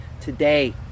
today